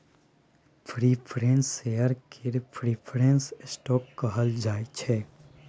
preference share केँ preference stock कहल जाइ छै